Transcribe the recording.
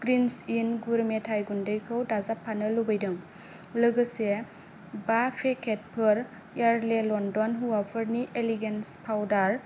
ग्रिन्ज इन गुर मेथाइ गुन्दैखौ दाजाबफानो लुबैदों लोगोसे बा पेकेटफोर यार्डले लन्दन हौवाफोरनि एलिगेन्स फाउदार